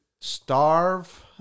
starve